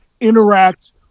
interact